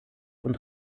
und